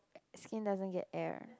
skin doesn't get air